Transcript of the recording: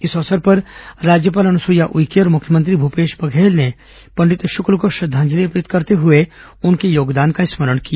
इस अवसर पर राज्यपाल अनुसुईया उइके और मुख्यमंत्री भूपेश बघेल ने पंडित शुक्ल को श्रद्वांजलि अर्पित करते हुए उनके योगदान का स्मरण किया